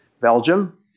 Belgium